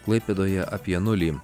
klaipėdoje apie nulį